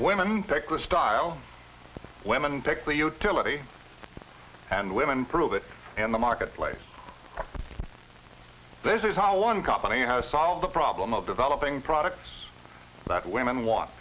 thekla style women pick the utility and women prove it in the marketplace this is how one company how to solve the problem of developing products that women want